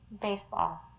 Baseball